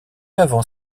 avant